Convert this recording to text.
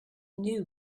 knew